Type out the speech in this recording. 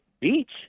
Beach